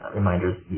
reminders